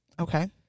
Okay